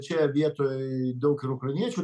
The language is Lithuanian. čia vietoj daug ir ukrainiečių